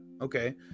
okay